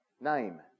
name